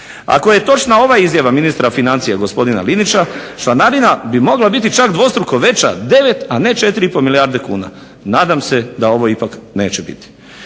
Ako je točna ova izjava ministra financija gospodina Linića članarina bi mogla biti čak dvostruko veća 9, a ne 4,5 milijarde kuna. nadam se da ovo ipak neće biti.